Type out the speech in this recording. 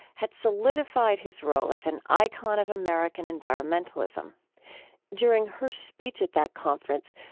had solidified his role as an icon of american environmentalism during her speech at that conference,